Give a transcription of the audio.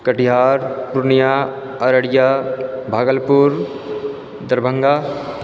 Katihar Purnia Araria Bhagalpur Darbhanga